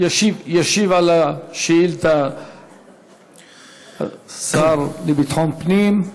ישיב על השאילתה השר לביטחון הפנים.